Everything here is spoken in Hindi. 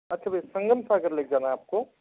अच्छा भैया संगम सागर लेक जाना है आपको